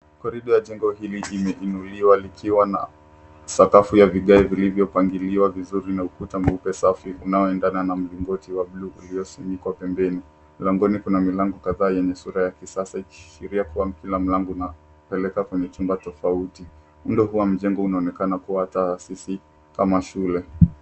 Corridor ya jengo hili imeinuliwa ikiwa na sakafu ya vigae vilivyopangiliwa vizuri na ukuta mweupe safi unaendana na mlingoti wa bluu uliosinikwa pembeni. Mlangoni kuna milango kadhaa yenye sura ya kisasa ikiashiria kuwa kila mlango unapeleka kwenye chumba tofauti. Muundo huu wa mjengo unaonekana kuwa taasisi kama shule.